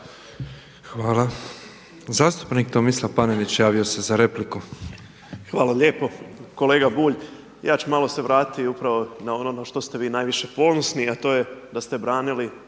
Hvala. Zastupnik Tomislav Panenić javio se za repliku. **Panenić, Tomislav (MOST)** Hvala lijepo. Kolega Bulj, ja ću malo se vratiti upravo na ono na što ste vi najviše ponosni, a to je da ste branili